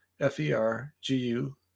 F-E-R-G-U